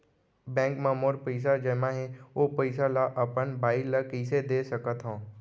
Bank म मोर पइसा जेमा हे, ओ पइसा ला अपन बाई ला कइसे दे सकत हव?